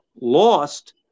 lost